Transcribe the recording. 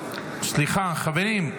סליחה, חברים.